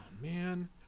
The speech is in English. man